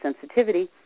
sensitivity